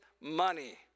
money